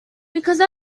because